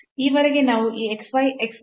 ಈ ವರೆಗೆ ನಾವು ಈ x 0 y 0 ಪಾಯಿಂಟ್ ನಲ್ಲಿ ಬರೆದರೆ